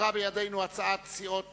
נותרה בידינו הצעת סיעת